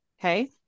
Okay